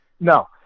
No